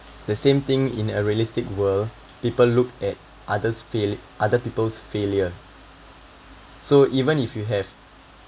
the same thing in a realistic world people look at others fail other peoples failure so even if you have